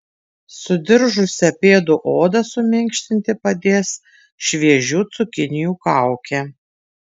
sudiržusią pėdų odą suminkštinti padės šviežių cukinijų kaukė